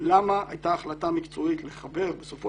למה הייתה החלטה מקצועית לחבר בסופו